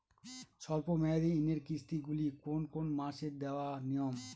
স্বল্প মেয়াদি ঋণের কিস্তি গুলি কোন কোন মাসে দেওয়া নিয়ম?